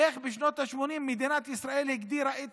איך בשנות השמונים מדינת ישראל הגדירה את